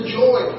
joy